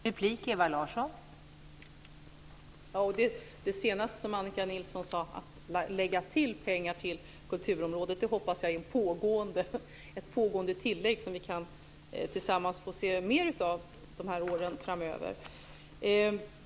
Fru talman! Det Annika Nilsson senast talade om, dvs. att lägga till pengar till kulturområdet, hoppas jag är ett pågående tillägg som vi tillsammans kan få se mer utav under åren framöver.